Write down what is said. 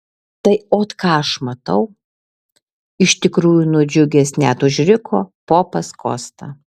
tai ot ką aš matau iš tikrųjų nudžiugęs net užriko popas kosta